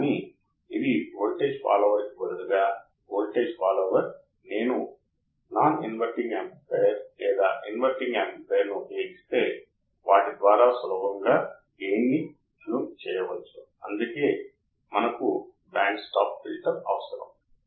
కాబట్టి ఈ voltage output voltage 0 కు సమానంగా ఉండేలా ఈ వోల్టేజ్ 0 ను చేయండిరెండు ఇన్పుట్ కర్రెంట్లను ఈ కరెంట్ చిన్న మొత్తంతో విభిన్నంగా తయారవుతాయి మరియు ఈ కరెంట్ చిన్న మొత్తంతో విభిన్నంగా ఉంటుంది తేడా ఏమీ లేదు కానీ నా ఇన్పుట్ కరెంట్ తేడాను ఆఫ్సెట్ చేస్తుంది ఇది ఏమీ కాదు కానీ ఇన్పుట్ ఆఫ్సెట్